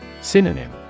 Synonym